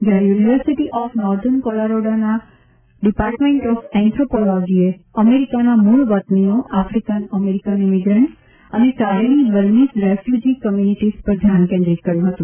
જ્યારે university of northern કોલોરાડોનાં department of એન્થોપોલોજીએ અમેરિકાના મૂળ વતનીઓ આશ્રિકેન અમેરિકન ઇમિશ્રન્ટસ અને કારેની બર્મીઝ રેફ્યુજી કોમ્યુનિટીઝ પર ધ્યાન કેન્દ્રિત કર્યું હતું